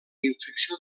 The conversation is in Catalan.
infecció